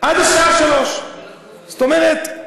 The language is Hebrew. עד השעה 15:00. זאת אומרת,